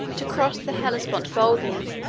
to cross the hellespont boldly,